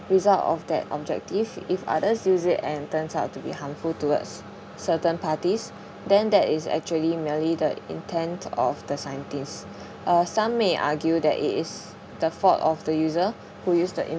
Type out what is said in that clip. result of that objective if others use it and turns out to be harmful towards certain parties then that is actually merely the intent of the scientist uh some may argue that it is the fault of the user who used the